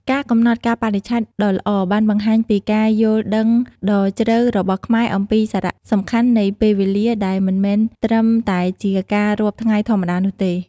ការកំណត់កាលបរិច្ឆេទដ៏ល្អបានបង្ហាញពីការយល់ដឹងដ៏ជ្រៅរបស់ខ្មែរអំពីសារៈសំខាន់នៃពេលវេលាដែលមិនមែនត្រឹមតែជាការរាប់ថ្ងៃធម្មតានោះទេ។